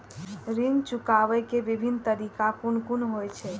ऋण चुकाबे के विभिन्न तरीका कुन कुन होय छे?